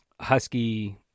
husky